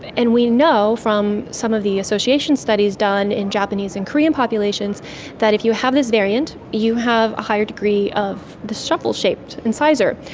and we know from some of the association studies done in japanese and korean populations that if you have this variant you have a higher degree of this shovel-shaped incisor.